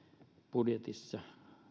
budjetissa